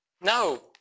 No